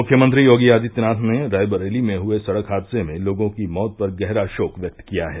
मुख्यमंत्री योगी आदित्यनाथ ने रायबरेली में हुए सड़क हादसे में लोगों की मौत पर गहरा शोक व्यक्त किया है